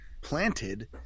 planted